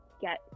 get